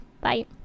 bye